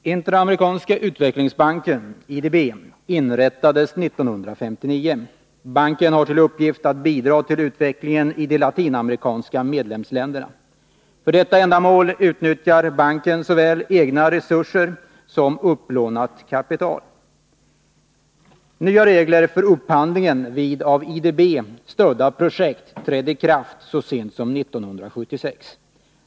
Herr talman! Interamerikanska utvecklingsbanken — IDB — inrättades 1959. Banken har till uppgift att bidra till utvecklingen i de latinamerikanska medlemsländerna. För detta ändamål utnyttjar banken såväl egna resurser som upplånat kapital. Nya regler för upphandling vid av IDB stödda projekt trädde i kraft så sent som 1976.